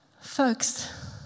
Folks